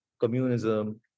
communism